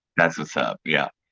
that's what's up, yeah.